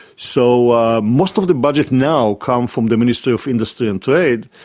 so most of the budget now comes from the ministry of industry and trade,